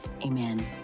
Amen